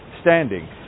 standing